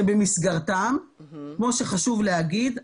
שבמסגרתן כמו שחשוב להגיד,